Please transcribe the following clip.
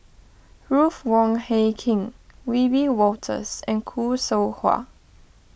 Ruth Wong Hie King Wiebe Wolters and Khoo Seow Hwa